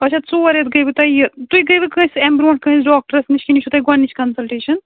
اَچھا ژور رٮ۪تھ گٔیوٕ تۄہہِ یہِ تُہۍ گٔیوٕ کٲنٛسہِ اَمہِ برٛونٛٹھ کٲنٛسہِ ڈاکٹرَس نِش کِنہٕ یہِ چھُو تۄہہِ گۄڈٕنِچ کَنسَلٹیشَن